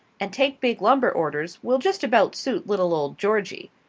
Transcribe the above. and take big lumber orders will just about suit little old georgie.